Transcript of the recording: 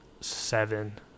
seven